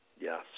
yes